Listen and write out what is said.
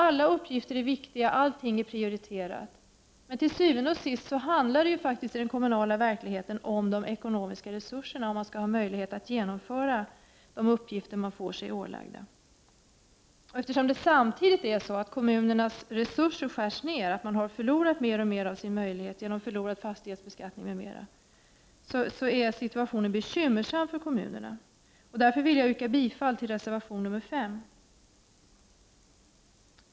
Alla uppgifter är viktiga, och allting är prioriterat. Men til syvende og sidst handlar den kommunala verkligheten om de ekonomiska resurserna, om man skall ha möjlighet att genomföra de uppgifter man får sig ålagda. Eftersom kommunernas resurser samtidigt skärs ned, och man förlorar allt fler av sina möjligheter, exempelvis genom förlorad fastighetsbeskattning, är situationen bekymmersam för kommunerna. Jag vill därför yrka bifall till reservation nr 5.